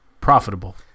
profitable